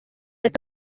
ati